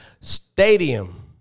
Stadium